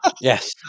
Yes